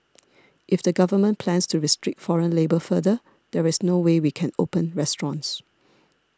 if the Government plans to restrict foreign labour further there is no way we can open restaurants